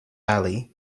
valley